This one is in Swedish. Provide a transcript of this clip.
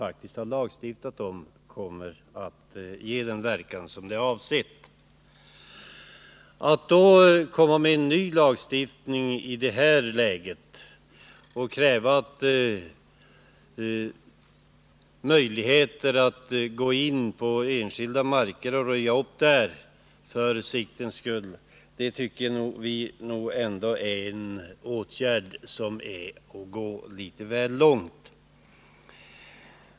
Att i detta läge kräva en lag som ger oss möjligheter att gå in på enskilda marker och röja upp dem för siktens skull utan markägarens samtycke, tycker vi är att gå litet väl långt.